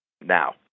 Now